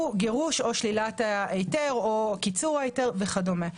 הוא גירוש או שלילת ההיתר, או קיצור ההיתר וכדומה.